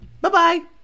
Bye-bye